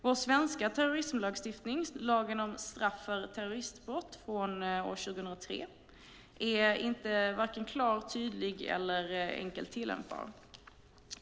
Vår svenska terrorismlagstiftning - lag om straff för terroristbrott från år 2003 - är varken klar, tydlig eller enkelt tillämpbar.